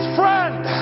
friend